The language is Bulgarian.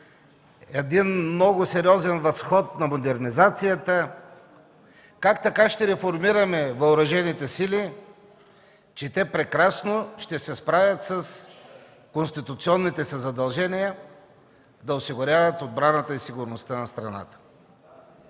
един много сериозен възход на модернизацията, как така ще реформираме въоръжените сили, че те прекрасно ще се справят с конституционните си задължения да осигуряват отбраната и сигурността на страната.